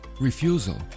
refusal